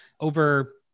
over